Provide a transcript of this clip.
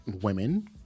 women